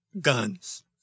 guns